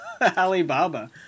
Alibaba